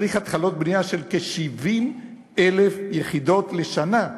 צריך התחלות בנייה של כ-70,000 יחידות בשנה.